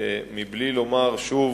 מבלי לומר שוב